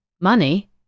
money